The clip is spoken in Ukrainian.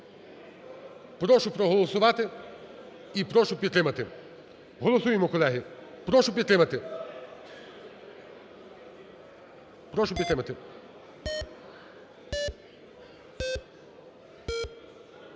Прошу проголосувати і прошу підтримати. Голосуємо, колеги! Прошу підтримати. Прошу підтримати.